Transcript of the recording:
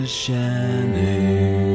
shining